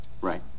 Right